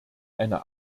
eine